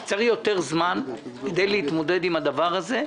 צריך יותר זמן כדי להתמודד עם הדבר הזה.